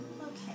Okay